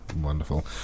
wonderful